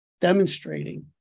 demonstrating